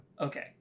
okay